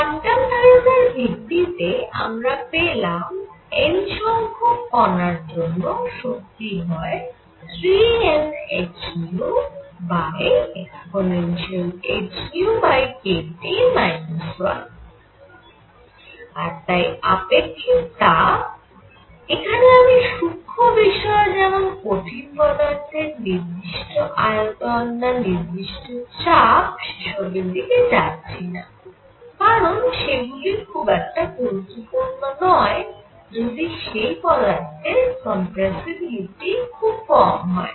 quantum ধারণার ভিত্তিতে আমরা পেলাম N সংখ্যক কণার জন্য শক্তি হয় 3NhνehνkT 1 আর তাই আপেক্ষিক তাপ এখানে আমি সূক্ষ্ম বিষয় যেমন কঠিন পদার্থের নির্দিষ্ট আয়তন না নির্দিষ্ট চাপ সে সবের দিকে যাচ্ছি না কারণ সেগুলি খুব একটা গুরুত্বপূর্ণ নয় যদি সেই পদার্থের কম্প্রেসিবিলিটি খুব কম হয়